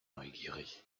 neugierig